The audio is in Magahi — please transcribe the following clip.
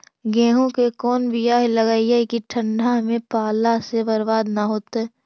गेहूं के कोन बियाह लगइयै कि ठंडा में पाला से बरबाद न होतै?